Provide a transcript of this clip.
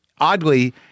Oddly